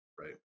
right